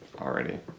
already